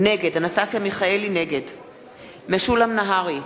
נגד משולם נהרי,